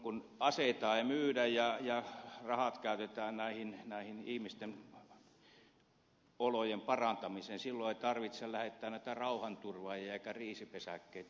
kun aseita ei myydä ja rahat käytetään ihmisten olojen parantamiseen niin silloin ei tarvitse lähettää näitä rauhanturvaajia eikä kriisipesäkkeitä ole